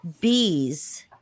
bees